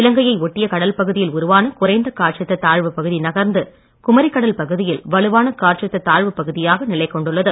இலங்கையை ஒட்டிய கடல்பகுதியில் உருவான குறைந்த காற்றழுத்த தாழ்வு பகுதி நகர்ந்து குமரிக்கடல் பகுதியில் வலுவான காற்றழுத்த தாழ்வு பகுதியாக நிலைகொண்டுள்ளது